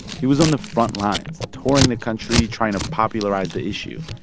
he was on the front lines, touring the country, trying to popularize the issue.